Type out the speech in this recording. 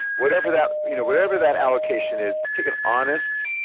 whatever that you know whatever that allocation is take an honest,